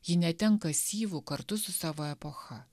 ji netenka syvų kartu su savo epocha